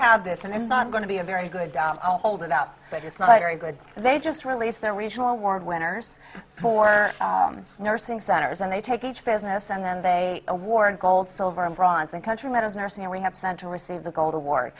have this and it's not going to be a very good i'll hold it out but it's not any good they just release their original award winners for nursing centers and they take each business and then they award gold silver and bronze and country medals nursing and rehab center receive the gold award